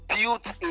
built